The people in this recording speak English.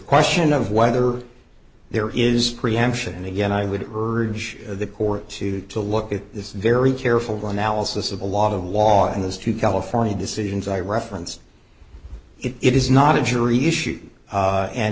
question of whether there is preemption and again i would urge the court to to look at this very careful analysis of a lot of law in those two california decisions i referenced it is not a jury issue